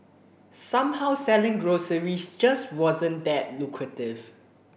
somehow selling groceries just wasn't that lucrative